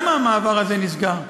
למה המעבר הזה נסגר?